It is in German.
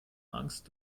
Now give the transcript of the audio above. angst